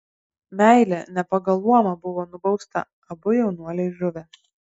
meilė ne pagal luomą buvo nubausta abu jaunuoliai žuvę